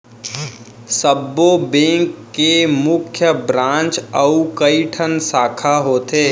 सब्बो बेंक के मुख्य ब्रांच अउ कइठन साखा होथे